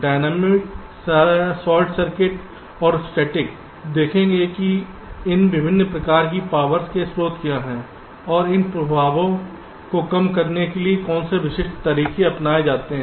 dynamic short circuit और स्थैतिक हम देखेंगे कि इन विभिन्न प्रकार की पावर्स के स्रोत क्या हैं और इन प्रभावों को कम करने के लिए कौन से विशिष्ट तरीके अपनाए जाते हैं